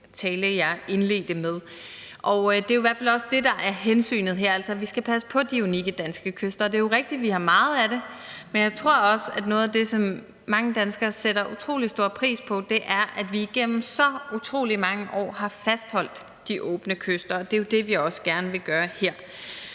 det er jo i hvert fald også det, der er hensynet her, nemlig at vi skal passe på de unikke danske kyster. Det er jo rigtigt, at vi har meget af det, men jeg tror også, at noget af det, som mange danskere sætter utrolig stor pris på, er, at vi igennem så utrolig mange år har fastholdt de åbne kyster, og det er jo det, som vi også gerne vil gøre her.